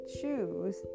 choose